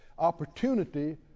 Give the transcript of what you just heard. opportunity